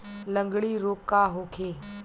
लगंड़ी रोग का होखे?